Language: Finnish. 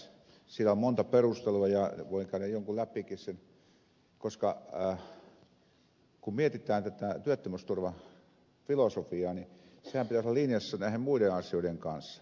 siellä on monta perustelua ja voin käydä jonkun läpikin koska kun mietitään tätä työttömyysturvafilosofiaa niin senhän pitäisi olla linjassa näiden muiden asioiden kanssa